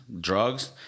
drugs